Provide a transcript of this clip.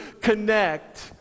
connect